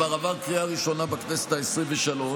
כבר עבר בקריאה ראשונה בכנסת העשרים-ושלוש,